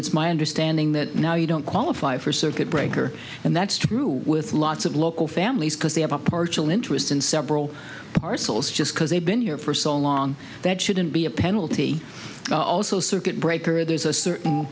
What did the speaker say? it's my understanding that now you don't qualify for circuit breaker and that's true with lots of local families because they have a partial interest in several parcels just because they've been here for so long that shouldn't be a penalty also circuit breaker there's a certain